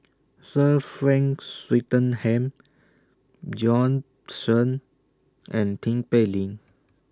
Sir Frank Swettenham Bjorn Shen and Tin Pei Ling